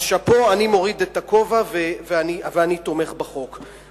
אז שאפו, אני מוריד את הכובע ואני תומך בחוק.